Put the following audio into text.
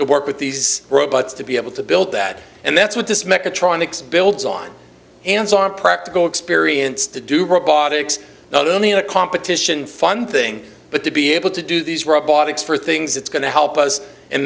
to work with these robots to be able to build that and that's what this mechatronics builds on and so on practical experience to do robotics not only in a competition fun thing but to be able to do these robotics for things that's going to help us